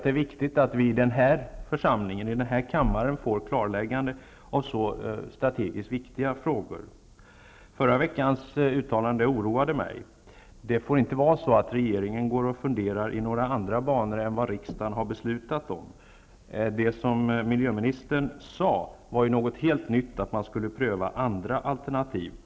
Det är viktigt att vi i denna församling, i denna kammare, får ett klarläggande i så strategiskt viktiga frågor. Förra veckans uttalande oroade mig. Det får inte vara så att regeringen går och funderar i andra banor än vad riksdagen har beslutat om. Det som biträdande miljöministern sade var något helt nytt, nämligen att man skulle pröva andra alternativ.